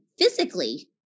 physically